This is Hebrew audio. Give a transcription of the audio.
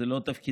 זה לא תפקידנו.